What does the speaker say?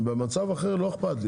במצב אחר לא אכפת לי,